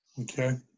Okay